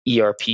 ERP